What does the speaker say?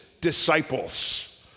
disciples